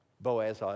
Boaz